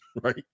right